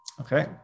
Okay